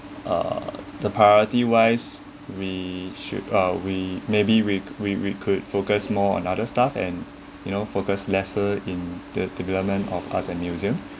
uh the priority wise we should uh we maybe we we could focus more on other stuff and you know focus lesser in the development of arts and museum